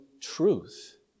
truth